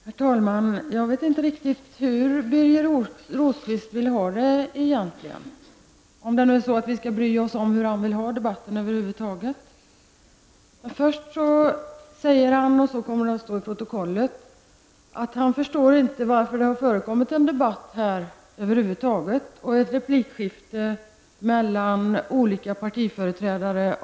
Herr talman! Jag vet inte riktigt hur Birger Rosqvist egentligen vill ha det -- om vi nu skall bry oss om hur han över huvud taget vill ha debatten. Först sade han -- och så kommer det att stå i protokollet -- att han inte förstår varför det beträffande trafikpolitiken över huvud taget har förekommit en debatt och ett replikskifte mellan olika partiföreträdare.